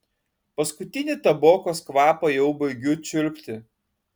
paskutinį tabokos kvapą jau baigiu čiulpti